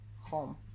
home